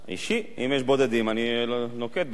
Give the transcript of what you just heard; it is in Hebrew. אם יש בודדים אני נוקט לשון יחיד.